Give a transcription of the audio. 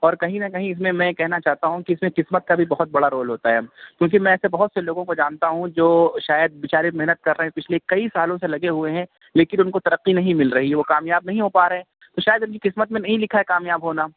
اور کہیں نا کہیں میں اِس میں کہنا چاہتا ہوں کہ اِس میں قسمت کا بھی بہت بڑا رول روتا ہے کیوں کہ میں ایسے بہت سے لوگوں کو جانتا ہوں جو شاید بچارے محنت کر رہے پچھلے کئی سالوں سے لگے ہوئے ہیں لیکن اُن کو ترقی نہیں مل رہی ہے وہ کامیاب نہیں ہو پارہے ہیں تو شاید ابھی قسمت میں نہیں لکھا ہے کامیاب ہونا